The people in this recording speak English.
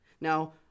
Now